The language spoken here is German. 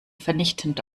vernichtend